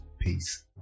Peace